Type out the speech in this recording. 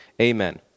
amen